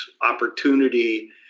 opportunity